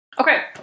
Okay